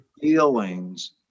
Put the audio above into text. Feelings